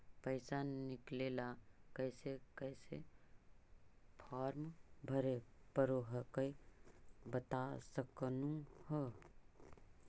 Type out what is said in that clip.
पैसा निकले ला कैसे कैसे फॉर्मा भरे परो हकाई बता सकनुह?